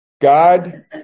God